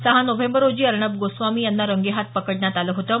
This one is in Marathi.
सहा नोव्हेंबर रोजी अर्णब गोस्वामी यांना रंगेहाथ पकडण्यात आलं होतं